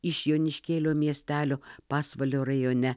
iš joniškėlio miestelio pasvalio rajone